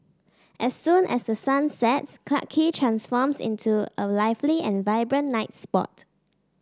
as soon as the sun sets Clarke Quay transforms into a lively and vibrant night spot